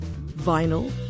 vinyl